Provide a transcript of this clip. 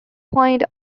point